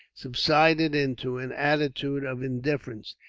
subsided into an attitude of indifference,